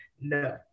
no